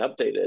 updated